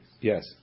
Yes